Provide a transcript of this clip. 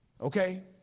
Okay